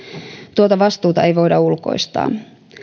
tuota vastuuta ei voida ulkoistaa